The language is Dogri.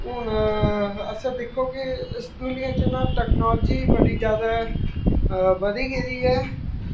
हून अच्छा दिक्खो कि इस दुनियां च टैकनॉलजी ना बड़ी जादै बदी गेदी ऐ